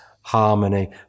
harmony